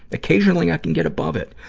occasionally, i can get above it.